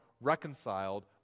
reconciled